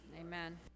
Amen